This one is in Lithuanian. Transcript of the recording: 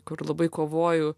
kur labai kovoju